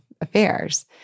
affairs